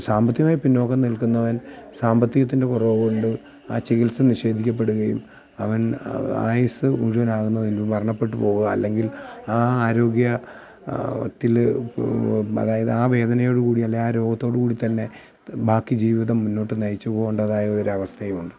സാമ്പത്തികമായി പിന്നോക്കം നിൽക്കുന്നവൻ സാമ്പത്തികത്തിൻ്റെ കുറവുകൊണ്ട് ആ ചികിത്സ നിഷേധിക്കപ്പെടുകയും അവൻ ആ ആയുസ്സ് മുഴുവനാകുന്നതിന് മുൻപ് മരണപ്പെട്ട് പോകുക അല്ലെങ്കിൽ ആ ആരോഗ്യത്തിൽ അതായത് ആ വേദനയോടുകൂടി അല്ലെങ്കിൽ ആ രോഗത്തോടുകൂടി തന്നെ ബാക്കി ജീവിതം മുന്നോട്ട് നയിച്ച് പോകേണ്ടതായൊരു അവസ്ഥയുണ്ട്